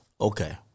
Okay